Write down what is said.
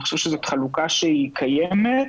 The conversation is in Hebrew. אני חושב שזאת חלוקה שהיא קיימת,